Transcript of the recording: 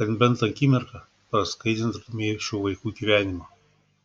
kad bent akimirką praskaidrintumei šių vaikų gyvenimą